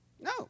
No